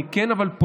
אבל אני כן פונה,